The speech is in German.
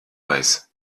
weiß